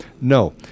No